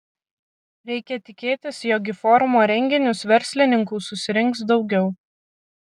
reikia tikėtis jog į forumo renginius verslininkų susirinks daugiau